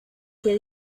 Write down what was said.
que